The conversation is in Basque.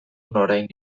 orain